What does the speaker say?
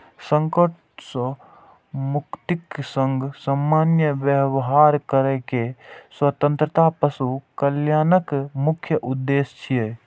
संकट सं मुक्तिक संग सामान्य व्यवहार करै के स्वतंत्रता पशु कल्याणक मुख्य उद्देश्य छियै